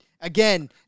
again